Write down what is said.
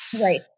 Right